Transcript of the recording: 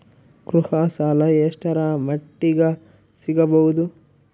ಗೃಹ ಸಾಲ ಎಷ್ಟರ ಮಟ್ಟಿಗ ಸಿಗಬಹುದು?